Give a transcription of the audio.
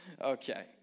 Okay